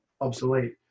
obsolete